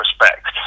respect